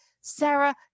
Sarah